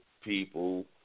people